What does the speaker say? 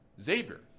Xavier